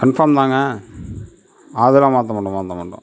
confirm தாங்க அதெலாம் மாற்ற மாட்டோம் மாற்ற மாட்டோம்